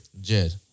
Jed